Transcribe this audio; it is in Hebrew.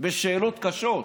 בשאלות קשות.